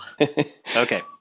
Okay